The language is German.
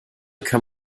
kann